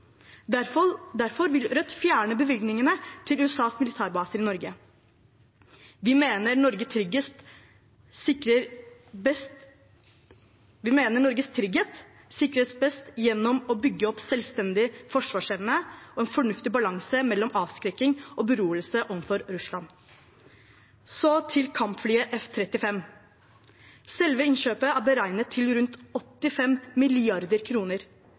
Derfor vil Rødt fjerne bevilgningene til USAs militærbaser i Norge. Vi mener Norges trygghet sikres best gjennom å bygge opp en selvstendig forsvarsevne og en fornuftig balanse mellom avskrekking og beroligelse overfor Russland. Så til kampflyet F-35. Selve innkjøpet er beregnet til rundt 85